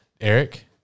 Eric